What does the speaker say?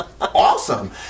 awesome